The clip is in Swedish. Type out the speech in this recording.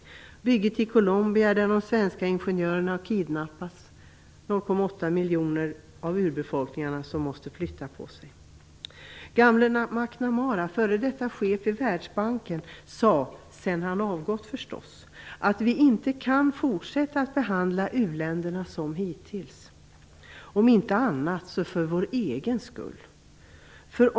Vid bygget i Colombia, där svenska ingenjörer har kidnappats, måste 0,8 miljoner av urbefolkningen flytta på sig. Gamle McNamara, f.d. chef i Världsbanken, sade, sedan han avgått förstås, att vi inte kan fortsätta att behandla u-länderna som vi gjort hittills, om inte annat så för vår egen skull.